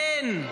כן,